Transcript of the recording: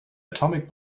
atomic